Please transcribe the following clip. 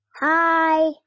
Hi